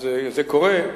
אז זה קורה,